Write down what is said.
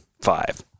Five